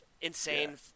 insane